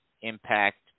impact